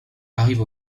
arrive